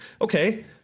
Okay